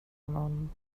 någon